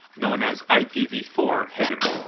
known as i p v four header.